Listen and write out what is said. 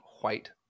white